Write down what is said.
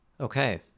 Okay